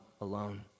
alone